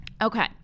Okay